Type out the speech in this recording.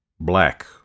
black